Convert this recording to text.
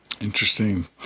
Interesting